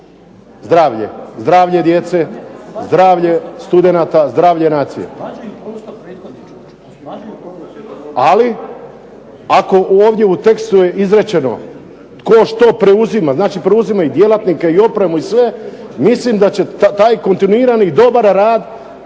je bitno zdravlje djece, zdravlje studenata, zdravlje nacije. Ali ovdje u tekstu je izrečeno tko što preuzima, znači preuzima djelatnike, opremu i sve, mislim da će taj kontinuirani dobar rad